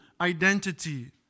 identity